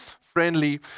friendly